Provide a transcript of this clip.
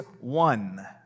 one